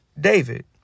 David